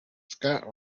scott